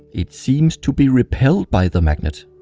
it seems to be repelled by the magnet.